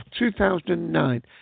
2009